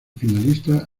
finalista